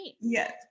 Yes